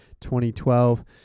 2012